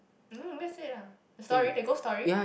mm that's it lah the story the ghost story